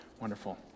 wonderful